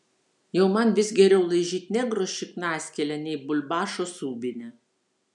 jau man vis geriau laižyt negro šiknaskylę nei bulbašo subinę